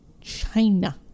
China